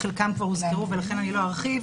חלקם כבר הוזכרו, ולכן אני לא ארחיב.